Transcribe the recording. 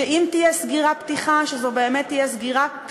שאם תהיה סגירה-פתיחה זו באמת תהיה סגירה-פתיחה,